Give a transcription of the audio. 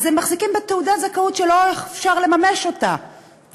הם מחזיקים בתעודת זכאות שאי-אפשר לממש אותה.